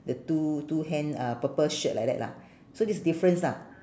the two two hand uh purple shirt like that lah so this difference lah